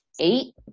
eight